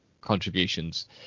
contributions